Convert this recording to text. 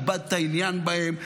איבדת עניין בהם.